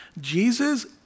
Jesus